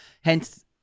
Hence